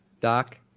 Doc